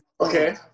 okay